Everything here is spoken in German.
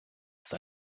ist